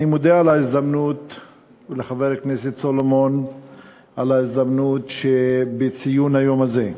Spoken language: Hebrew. אני מודה לחבר הכנסת סולומון על ההזדמנות שבציון היום הזה.